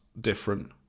different